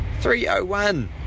301